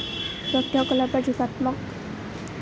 ব্যক্তিসকলৰ পৰা যোগাত্মক